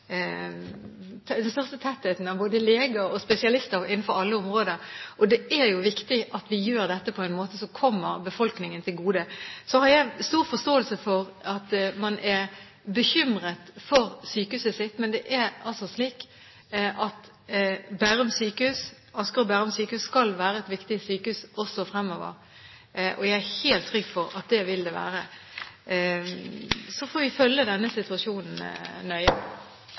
den største tetthet både av leger og spesialister innenfor alle områder. Det er jo viktig at vi gjør dette på en måte som kommer befolkningen til gode. Så har jeg stor forståelse for at man er bekymret for sykehuset sitt. Men det er altså slik at Bærum sykehus skal være et viktig sykehus også fremover. Jeg er helt trygg på at det vil det være. Så får vi følge denne situasjonen nøye.